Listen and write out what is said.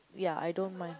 ya I don't mind